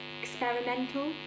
experimental